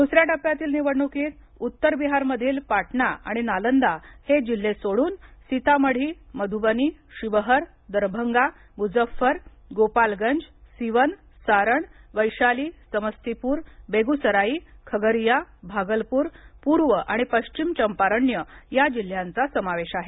दुसऱ्या टप्प्यातील निवडणुकीत उत्तर बिहार मधील पाटणा आणि नालंदा हे जिल्हे सोडून सीतामढी मध्यबनी शिवहर दरभंगा मुज्ज्फर गोपालगंज सिवन सारण वैशाली समस्तीपुर बेगुसराई खगरिया भागल पूर पूर्व आणि पश्चिम चंपारण्य या जिल्ह्यांचा समावेश आहे